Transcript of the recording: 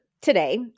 today